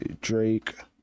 Drake